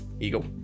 Eagle